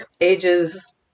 ages